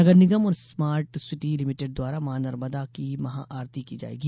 नगर निगम और smart city limited द्वारा मां नर्मदा की महाआरती की जायेगी